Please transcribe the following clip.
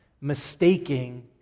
mistaking